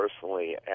personally